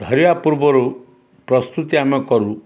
ଧରିବା ପୂର୍ବରୁ ପ୍ରସ୍ତୁତି ଆମେ କରୁ